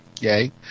yay